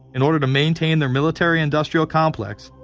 in order to maintain their military-industrial complex,